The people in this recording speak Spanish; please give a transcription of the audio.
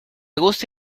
gusta